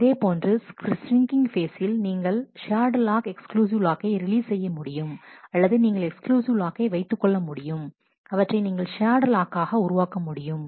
இதேபோன்று ஸ்ரிங்கிங் ஃபேசில் நீங்கள் ஷேர்டு லாக் எக்ஸ்க்ளூசிவ் லாக்கை ரிலீஸ் செய்ய முடியும் அல்லது நீங்கள் எக்ஸ்க்ளூசிவ் லாக்கை வைத்துக் கொள்ள முடியும் அவற்றை நீங்கள் ஷேர்டு லாக் ஆக உருவாக்க முடியும்